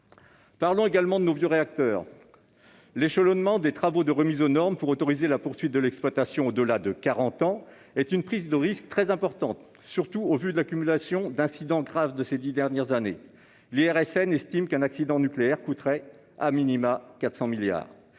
Parlons également de nos vieux réacteurs. L'échelonnement des travaux de remise aux normes pour autoriser la poursuite de l'exploitation au-delà de quarante ans est une prise de risque très importante, surtout au vu de l'accumulation d'incidents graves ces dix dernières années. L'Institut de radioprotection et de